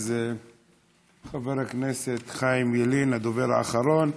אז חבר הכנסת חיים ילין הוא הדובר האחרון.